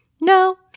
No